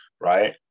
right